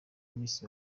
miss